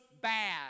bad